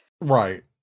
Right